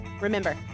Remember